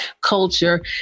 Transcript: culture